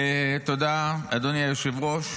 תודה, אדוני היושב-ראש.